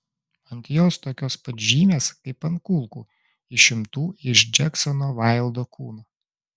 ant jos tokios pat žymės kaip ant kulkų išimtų iš džeksono vaildo kūno